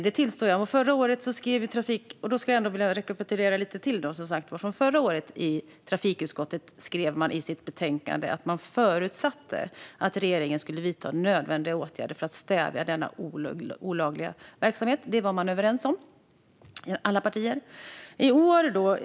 Det tillstår jag. Då vill jag rekapitulera lite till. Förra året skrev trafikutskottet i sitt betänkande att man förutsatte att regeringen skulle vidta nödvändiga åtgärder för att stävja denna olagliga verksamhet. Det var alla partier överens om.